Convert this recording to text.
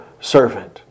servant